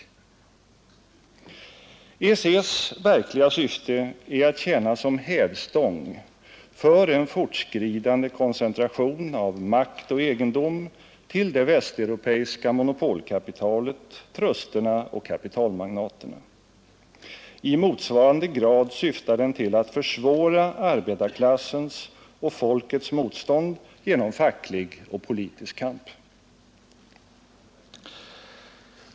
EEC:s verkliga syfte är att tjäna som hävstång för en fortskridande koncentration av makt och egendom till det västeuropeiska monopolkapitalet, trusterna och kapitalmagnaterna. I motsvarande grad syftar den till att försvåra arbetarklassens och folkets motstånd genom facklig och politisk kamp.